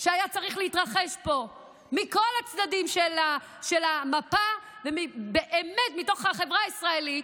שהיה צריך להתרחש פה מכל הצדדים של המפה ובאמת מתוך החברה הישראלית,